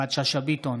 יפעת שאשא ביטון,